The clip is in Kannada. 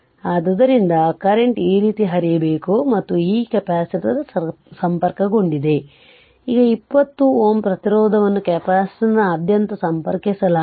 ಆದ್ದರಿಂದ ಕರೆಂಟ್ ಈ ರೀತಿ ಹರಿಯಬೇಕು ಮತ್ತು ಈ ಕೆಪಾಸಿಟರ್ ಸಂಪರ್ಕಗೊಂಡಿದೆ ಈ 20 Ω ಪ್ರತಿರೋಧವನ್ನು ಕೆಪಾಸಿಟರ್ನಾದ್ಯಂತ ಸಂಪರ್ಕಿಸಲಾಗಿದೆ